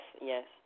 yes